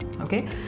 okay